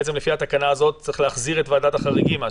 בעצם לפי התקנה הזאת צריך להחזיר את ועדת החריגים.